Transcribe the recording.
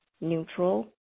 neutral